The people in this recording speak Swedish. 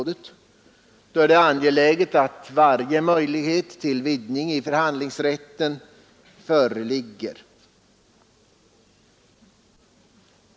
Det är då angeläget att varje möjlighet till vidgning i förhandlingsrätten tillvaratages.